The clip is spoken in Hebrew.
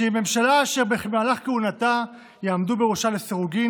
שהיא ממשלה שבמהלך כהונתה יעמדו בראשה לסירוגין